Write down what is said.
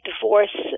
divorce